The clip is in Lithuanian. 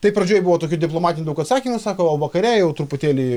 tai pradžioj buvo tokių diplomatinių daug atsakymų sako o vakare jau truputėlį